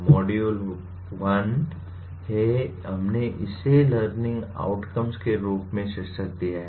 module 1 है हमने इसे लर्निंग आउटकम "learning outcome के रूप में शीर्षक दिया है